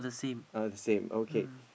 oh the same okay